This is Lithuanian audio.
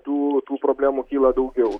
tų tų problemų kyla daugiau